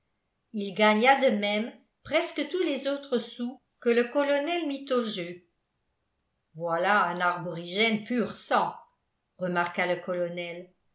il gagna de même presque tous les autres sous que le colonel mit au jeu voilà un aborigène pur sang remarqua le colonel